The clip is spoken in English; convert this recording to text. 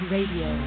Radio